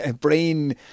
brain